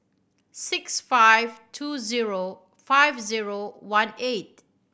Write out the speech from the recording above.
six five two zero five zero one eight